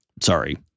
Sorry